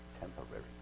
temporary